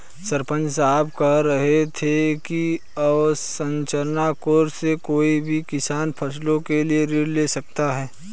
सरपंच साहब कह रहे थे कि अवसंरचना कोर्स से कोई भी किसान फसलों के लिए ऋण ले सकता है